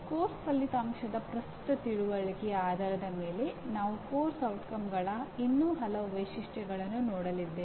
ಪಠ್ಯಕ್ರಮದ ಪರಿಣಾಮದ ಪ್ರಸ್ತುತ ತಿಳುವಳಿಕೆಯ ಆಧಾರದ ಮೇಲೆ ನಾವು ಪಠ್ಯಕ್ರಮದ ಪರಿಣಾಮಗಳ ಇನ್ನೂ ಹಲವು ವೈಶಿಷ್ಟ್ಯಗಳನ್ನು ನೋಡಲಿದ್ದೇವೆ